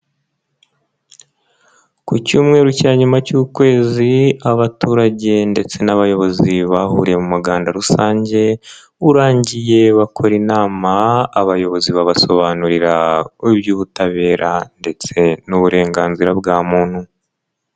Ku cyumweru cya nyuma cy'ukwezi abaturage ndetse n'abayobozi bahuriye mu muganda rusange, urangiye bakora inama abayobozi babasobanurira iby'ubutabera ndetse n'uburenganzira bwa muntu.